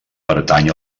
pertany